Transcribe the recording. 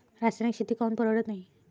रासायनिक शेती काऊन परवडत नाई?